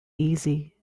easy